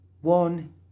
One